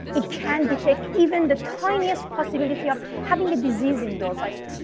it can detect even the tiniest possibility of having a disease in your body.